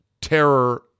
terror